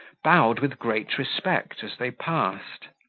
bowed with great respect as they passed.